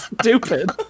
stupid